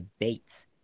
dates